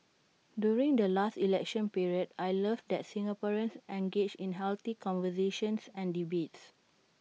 during the last election period I love that Singaporeans engage in healthy conversations and debates